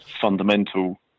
fundamental